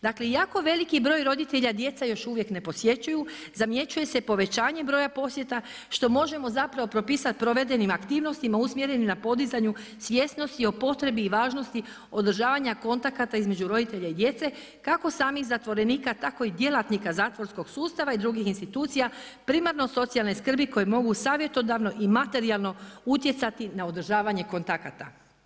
Dakle, jako veliki broj roditelja djeca još uvijek ne posjećuju, zamjećuje se povećanje broja posjeta, što možemo zapravo propisati provedenim aktivnostima, usmjerenih na podizanju svjesnosti o potrebi i važnosti održavanje kontakata između roditelja i djece, kako samih zatvorenika, tako i djelatnika zatvorskog sustava i drugih institucija primarno socijalne skrbi, koji mogu savjetodavno i materijalno utjecati na održavanje kontakata.